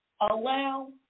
Allow